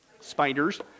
Spiders